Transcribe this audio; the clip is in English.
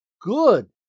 good